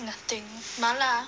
nothing 麻辣